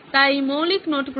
তাই মৌলিক নোট গ্রহণ